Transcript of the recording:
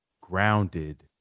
grounded